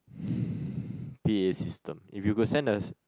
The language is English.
P_A system if you could send the